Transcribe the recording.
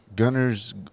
Gunners